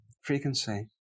frequency